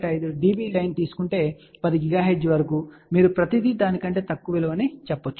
5 dB line తీసుకుంటే 10 GHz వరకు మీరు ప్రతిదీ దాని కంటే తక్కువ విలువ అని చెప్పవచ్చు